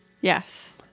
Yes